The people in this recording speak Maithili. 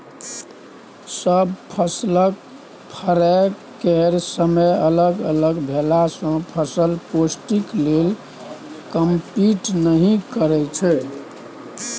सब फसलक फरय केर समय अलग अलग भेलासँ फसल पौष्टिक लेल कंपीट नहि करय छै